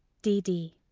d d.